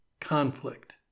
conflict